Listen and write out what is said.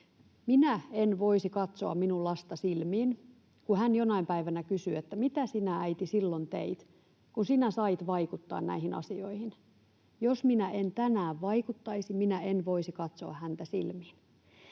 minä en voisi katsoa minun lastani silmiin, kun hän jonain päivänä kysyy, mitä sinä, äiti, silloin teit, kun sinä sait vaikuttaa näihin asioihin — silloin minä en voisi katsoa häntä silmiin.